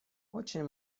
очень